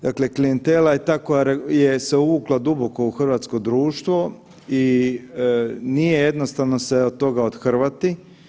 Dakle, klijentela je ta koja je se uvukla duboko u hrvatsko društvo i nije jednostavno se od toga othrvati.